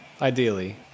ideally